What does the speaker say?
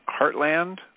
Heartland